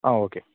ஆ okay